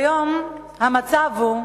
כיום המצב הוא,